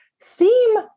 seem